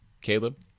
Caleb